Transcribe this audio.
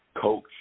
Coach